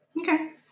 Okay